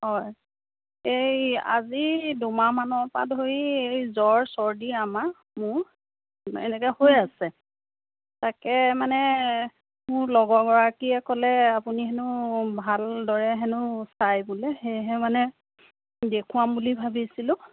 হয় এই আজি দুমাহমানৰ পৰা ধৰি এই জ্বৰ চৰ্দি আমাৰ মোৰ এনেকৈ হৈ আছে তাকে মানে মোৰ লগৰগৰাকীয়ে ক'লে আপুনি হেনো ভালদৰে হেনো চায় বোলে সেয়েহে মানে দেখুৱাম বুলি ভাবিছিলোঁ